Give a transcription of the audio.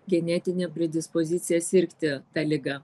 genetinė predispozicija sirgti ta liga